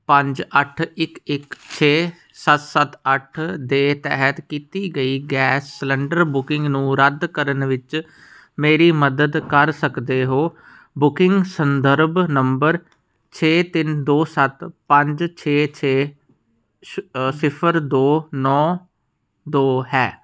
ਪੰਜ ਅੱਠ ਇੱਕ ਇੱਕ ਛੇ ਸੱਤ ਸੱਤ ਅੱਠ ਦੇ ਤਹਿਤ ਕੀਤੀ ਗਈ ਗੈਸ ਸਿਲੰਡਰ ਬੁਕਿੰਗ ਨੂੰ ਰੱਦ ਕਰਨ ਵਿੱਚ ਮੇਰੀ ਮਦਦ ਕਰ ਸਕਦੇ ਹੋ ਬੁਕਿੰਗ ਸੰਦਰਭ ਨੰਬਰ ਛੇ ਤਿੰਨ ਦੋ ਸੱਤ ਪੰਜ ਛੇ ਛੇ ਸ ਸਿਫ਼ਰ ਦੋ ਨੌਂ ਦੋ ਹੈ